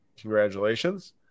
Congratulations